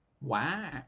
wow